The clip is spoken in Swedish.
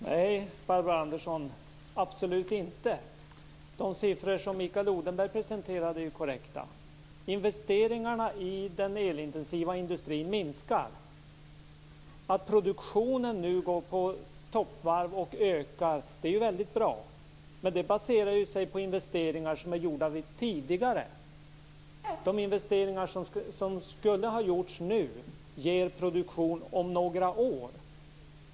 Herr talman! Nej, Barbro Andersson, absolut inte. De siffror som Mikael Odenberg presenterade är korrekta. Investeringarna i den elintensiva industrin minskar. Att produktionen nu går på högvarv och ökar är ju väldigt bra. Men det baserar sig på investeringar som är gjorda tidigare. De investeringar som skulle ha gjorts nu ger produktion om några år.